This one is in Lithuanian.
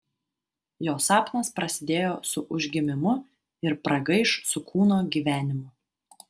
jo sapnas prasidėjo su užgimimu ir pragaiš su kūno gyvenimu